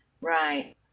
Right